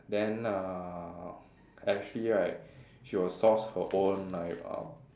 then uh Ashley right she will source her own like uh